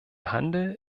handel